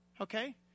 Okay